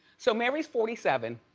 so mary's forty seven.